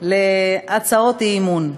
להצעות אי-אמון,